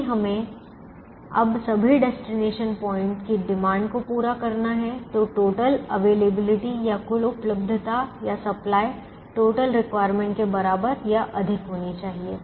यदि हमें अब सभी डेस्टिनेशन प्वाइंट की डिमांड को पूरा करना है तो टोटल अवेलेबिलिटी या कुल उपलब्धता या सप्लाई टोटल रिक्वायरमेंट के बराबर या अधिक होनी चाहिए